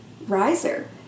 riser